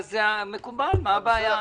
מקובל, מה הבעיה?